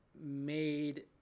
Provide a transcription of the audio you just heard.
Made